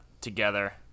together